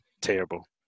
Terrible